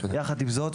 יחד עם זאת,